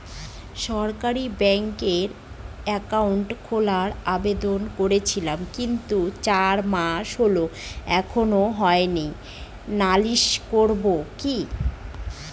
সরকারি ব্যাংকে একাউন্ট খোলার আবেদন করেছিলাম কিন্তু চার মাস হল এখনো হয়নি নালিশ করব কি?